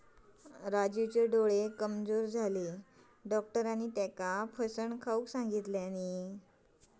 राजूचे डोळे कमजोर झाल्यानं, डाक्टरांनी त्येका फणस खाऊक सांगितल्यानी